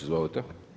Izvolite.